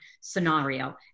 scenario